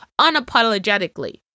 unapologetically